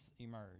emerge